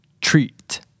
treat